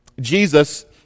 Jesus